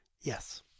Yes